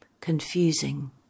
confusing